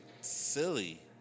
silly